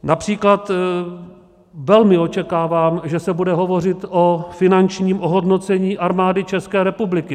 Například velmi očekávám, že se bude hovořit o finančním ohodnocení Armády České republiky.